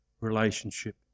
relationship